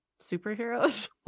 superheroes